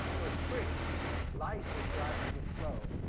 so, it's free light is driving this flow,